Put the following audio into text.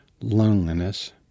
loneliness